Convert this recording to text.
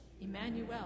Emmanuel